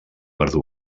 verdú